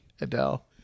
Adele